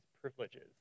privileges